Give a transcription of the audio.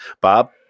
Bob